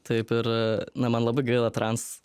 taip ir na man labai gaila trans